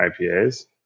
IPAs